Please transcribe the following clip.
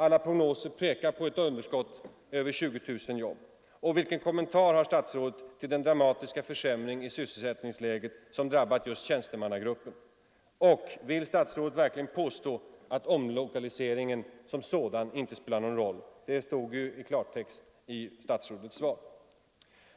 Alla prognoser pekar på ett underskott på över 20000 jobb. Vill statsrådet verkligen påstå att omlokaliseringen som sådan inte spelar någon roll? Det stod ju i klartext i statsrådets svar.